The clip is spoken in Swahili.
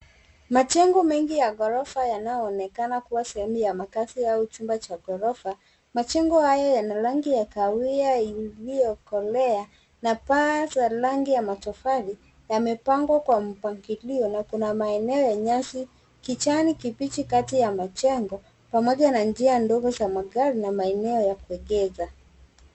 Majengo mengi ya ghorofa yanayoonekana kuwa sehemu ya makazi au chumbach aghorofa. Majengo hayo yana rangi ya kahawia iliyokolea na paa za rangi ya matofali, yamepangwa kwa mpangilio na kuna maeneo ya nyasi. Kijani kibichi kati ya majengo pamoja na njia ndogo za magari na maeneo ya kuekeza.